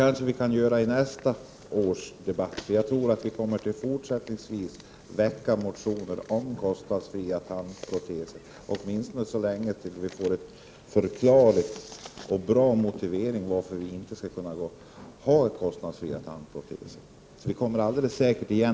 Kanske kan det bli så nästa år. Jag tror att vi även fortsättningsvis kommer att lägga fram motioner om kostnadsfria tandproteser, åtminstone tills vi får en ordentlig motivering till varför det inte skall vara kostnadsfria tandproteser. Vi kommer alldeles säkert igen!